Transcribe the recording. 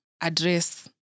address